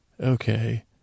Okay